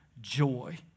joy